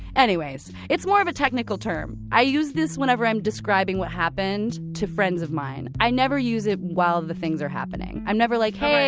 anyways, it's more of a technical term. i use this whenever i'm describing what happened to friends of mine. i never use it while the things are happening. i'm never like, hey,